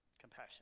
Compassion